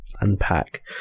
unpack